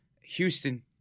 Houston